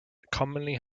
commonly